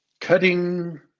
cutting